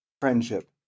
friendship